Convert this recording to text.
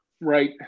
Right